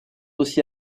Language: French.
aussi